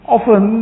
Often